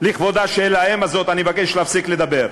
לכבודה של האם הזו אני מבקש להפסיק לדבר.